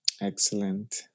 Excellent